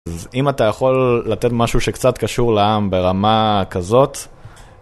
אז אם אתה יכול לתת משהו שקצת קשור לעם ברמה כזאת...